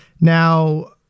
Now